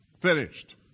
finished